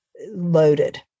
loaded